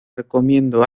recomiendo